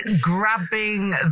grabbing